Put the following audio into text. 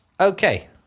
Okay